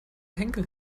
henkel